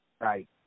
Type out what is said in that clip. right